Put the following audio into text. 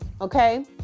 Okay